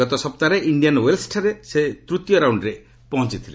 ଗତ ସପ୍ତାହରେ ଇଣ୍ଡିଆନ୍ ୱେଲ୍ସ୍ଠାରେ ସେ ତୃତୀୟ ରାଉଣ୍ଡରେ ପହଞ୍ଚଥିଥିଲେ